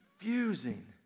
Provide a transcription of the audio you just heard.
confusing